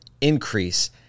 increase